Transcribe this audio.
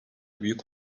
büyük